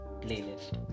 playlist